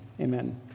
amen